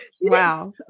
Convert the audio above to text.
wow